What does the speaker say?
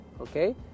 Okay